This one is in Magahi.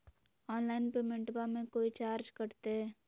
ऑनलाइन पेमेंटबां मे कोइ चार्ज कटते?